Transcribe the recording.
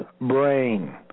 brain